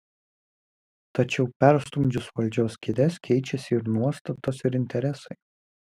tačiau perstumdžius valdžios kėdes keičiasi ir nuostatos ir interesai